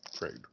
trade